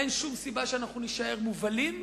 אין שום סיבה שאנחנו נישאר מובלים.